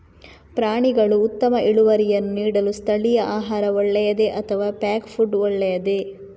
ಪ್ರಾಣಿಗಳು ಉತ್ತಮ ಇಳುವರಿಯನ್ನು ನೀಡಲು ಸ್ಥಳೀಯ ಆಹಾರ ಒಳ್ಳೆಯದೇ ಅಥವಾ ಪ್ಯಾಕ್ ಫುಡ್ ಒಳ್ಳೆಯದೇ?